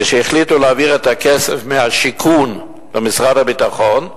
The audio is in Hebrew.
כשהחליטו להעביר את הכסף מהשיכון למשרד הביטחון.